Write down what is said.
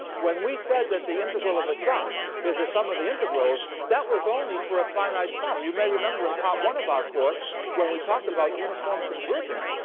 when we said that the integral of a sum is the sum of the integrals, that was only for a finite sum. you may remember in part one of our course when we talked about uniform convergence,